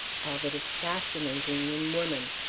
all that is fascinating in woman.